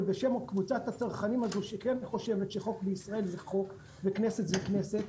בשם קבוצת הצרכנים הזו שכן חושבת שחוק בישראל זה חוק וכנסת זה כנסת,